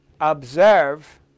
observe